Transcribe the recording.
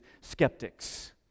skeptics